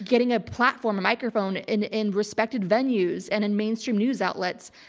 getting a platform, a microphone in in respected venues and in mainstream news outlets.